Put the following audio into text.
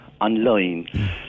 online